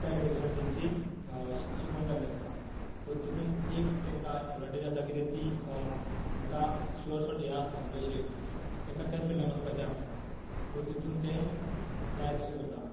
त्या डिरॅक्शनान तांची श् शिकवण जाल्ली आसता सो तेतून एक तेंकां एडवांटेज आसा किद्या तीं तांकां शिवर शॉट हें आसता म्हणजे अशें त् तांकां त्यात फिल्डान वसपाचें आसा सो तेतून ते जाय तशें करता